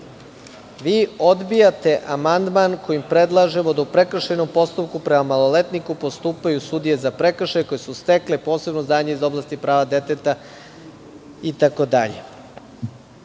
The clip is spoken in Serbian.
amandman kojim predlažemo da u prekršajnom postupku prema maloletniku postupaju sudije za prekršaje koje su stekle posebno znanje iz oblasti prava deteta i